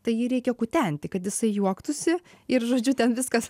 tai jį reikia kutenti kad jisai juoktųsi ir žodžiu ten viskas